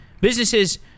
Businesses